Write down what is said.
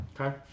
Okay